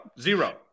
zero